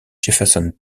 jefferson